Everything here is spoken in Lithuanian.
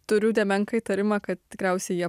turiu nemenką įtarimą kad tikriausiai jie